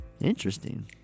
Interesting